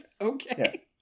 Okay